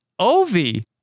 Ovi